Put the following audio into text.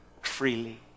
freely